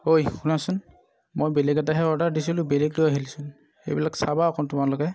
ঐ শুনাচোন মই বেলেগ এটাহে অৰ্ডাৰ দিছিলোঁ বেলেগ লৈ আহিলচোন এইবিলাক চাবা অকণ তোমালোকে